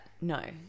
no